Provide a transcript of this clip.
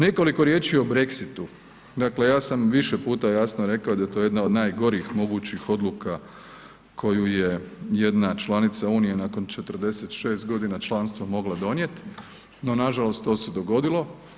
Nekoliko riječi o Brexitu, dakle ja sam više puta jasno rekao da je to jedna od najgorih mogućih odluka koju je jedna članica Unije nakon 46 godina članstva mogla donijeti, no nažalost to se dogodilo.